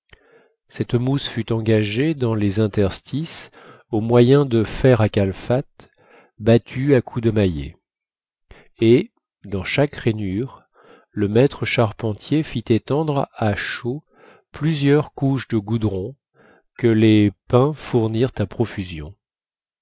cette mousse fut engagée dans les interstices au moyen de fers à calfat battus à coups de maillet et dans chaque rainure le maître charpentier fit étendre à chaud plusieurs couches de goudron que les pins fournirent à profusion